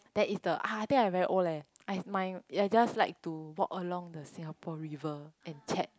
that is the uh I think I very old leh I my I just like to walk along the Singapore River and chat